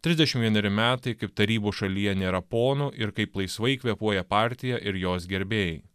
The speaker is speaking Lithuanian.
trisdešimt vieneri metai kaip tarybų šalyje nėra ponų ir kaip laisvai kvėpuoja partija ir jos gerbėjai